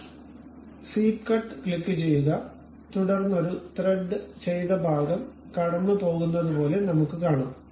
അതിനാൽ sweep cut ക്ലിക്കുചെയ്യുക തുടർന്ന് ഒരു ത്രെഡ് ചെയ്ത ഭാഗം കടന്നുപോകുന്നത് പോലെ നമുക്ക് കാണാം